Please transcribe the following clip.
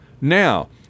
now